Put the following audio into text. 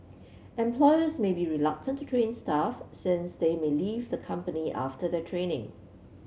employers may be reluctant to train staff since they may leave the company after their training